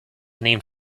named